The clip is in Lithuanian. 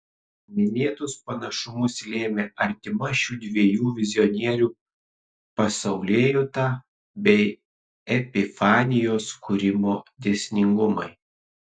minėtus panašumus lėmė artima šių dviejų vizionierių pasaulėjauta bei epifanijos kūrimo dėsningumai